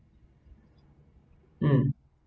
hmm